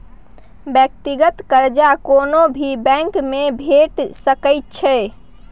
व्यक्तिगत कर्जा कोनो भी बैंकमे भेटि सकैत छै